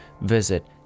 visit